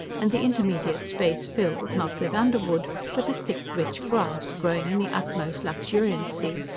and the intermediate space filled, not with underwood, but a thick rich grass, growing in the utmost luxuriancy.